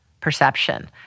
perception